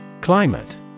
Climate